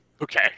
Okay